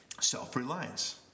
self-reliance